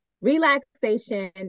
relaxation